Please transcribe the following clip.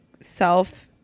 self